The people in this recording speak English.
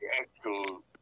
actual